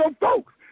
folks